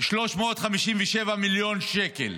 ב-3.357 מיליארד שקל,